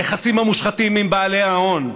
היחסים המושחתים עם בעלי ההון,